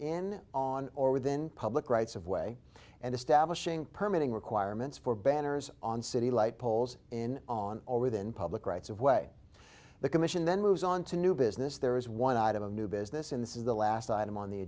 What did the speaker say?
in on or within public rights of way and establishing permit in requirements for banners on city light poles in on or within public rights of way the commission then moves on to new business there is one item of new business in this is the last item on the